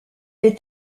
est